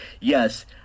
Yes